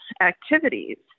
activities